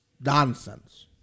nonsense